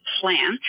plant